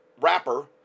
wrapper